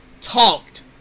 talked